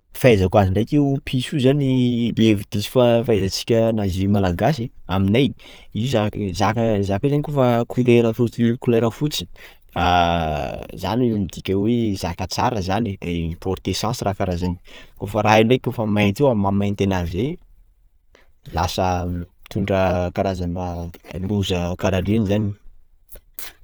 Fahaizako azy ndraiky io piso io zany hevi-diso fa- fahaizantsika nazy Malagasy, aminay io zaka zaka, io zany koa fa couleur fotsy couleur fotsy ah zany midika hoe zaka tsara zany; mi- porter chance raha karah zany. Kôfa raha io ndraiky couleur mainty io amin'ny maha mainty anazy zay, lasa mitondra karazana loza kara reny zany.